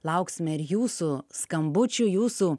lauksime ir jūsų skambučių jūsų